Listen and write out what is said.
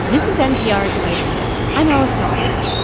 this is npr's life kit. i'm allison aubrey.